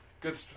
good